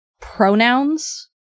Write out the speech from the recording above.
pronouns